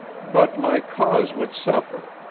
but my cause would suffer.